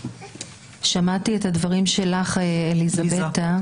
שמעתי את הדברים שלך אליזבטה,